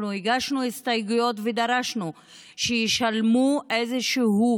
אנחנו הגשנו הסתייגויות ודרשנו שישלמו איזשהו,